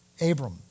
Abram